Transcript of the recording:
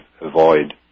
avoid